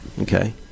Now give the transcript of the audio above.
Okay